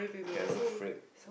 caramel frappe